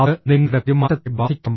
അത് നിങ്ങളുടെ പെരുമാറ്റത്തെ ബാധിക്കണം